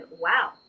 wow